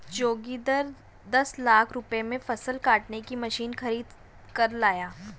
जोगिंदर दस लाख रुपए में फसल काटने की मशीन खरीद कर लाया